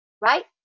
right